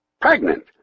Pregnant